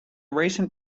recent